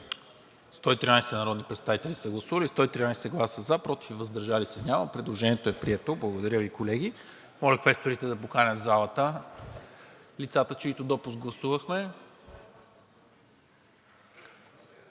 113 народни представители: за 113, против и въздържали се няма. Предложението е прието. Благодаря Ви, колеги. Моля квесторите да поканят в залата лицата, чийто допуск гласувахме.